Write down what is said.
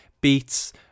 beats